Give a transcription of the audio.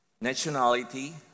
nationality